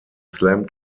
slam